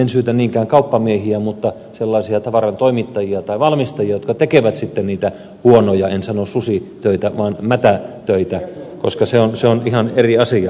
en syytä niinkään kauppamiehiä mutta sellaisia tavarantoimittajia tai valmistajia jotka tekevät sitten niitä huonoja en sano susitöitä vaan mätätöitä koska se on ihan eri asia